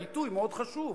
העיתוי מאוד חשוב.